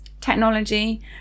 technology